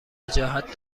وجاهت